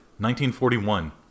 1941